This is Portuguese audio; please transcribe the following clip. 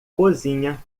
cozinha